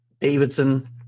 Davidson